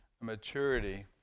maturity